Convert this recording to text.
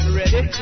ready